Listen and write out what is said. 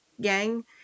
gang